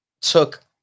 took